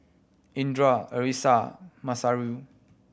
Indra Alyssa Masayu